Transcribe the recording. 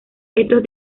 estos